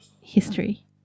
history